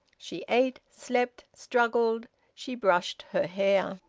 she ate, slept, struggled she brushed her hair.